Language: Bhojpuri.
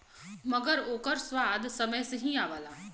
मगर ओकर स्वाद समय से ही आवला